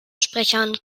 sprechern